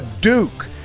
Duke